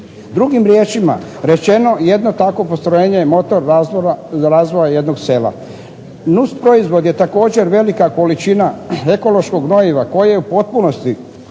Drugim riječima rečeno, jedno takvo postrojenje je motor razvoja jednog sela. Nus proizvod je također velika količina ekološkog gnojiva koje u potpunosti